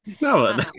no